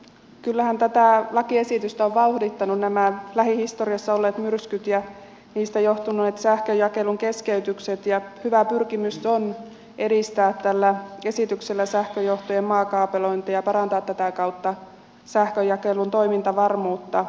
kyllähän tätä lakiesitystä ovat vauhdittaneet nämä lähihistoriassa olleet myrskyt ja niistä johtuneet sähkönjakelun keskeytykset ja hyvä pyrkimys on edistää tällä esityksellä sähköjohtojen maakaapelointeja ja parantaa tätä kautta sähkönjakelun toimintavarmuutta